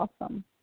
awesome